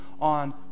on